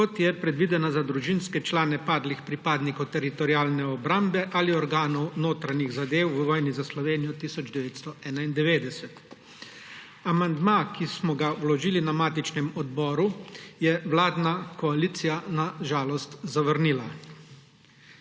kot je predvidena za družinske člane padlih pripadnikov Teritorialne obrambe ali organov notranjih zadev v vojni za Slovenijo 1991. Amandma, ki smo ga vložili na matičnem odboru, je vladna koalicija na žalost zavrnila.